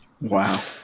Wow